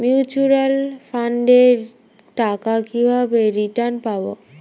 Mutual ফান্ডের টাকা কিভাবে রিটার্ন পাব?